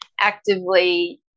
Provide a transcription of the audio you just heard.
actively